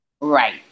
Right